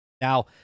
Now